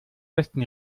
festen